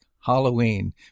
Halloween